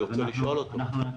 אני רוצה לשאול אותו.